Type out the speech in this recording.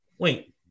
Wait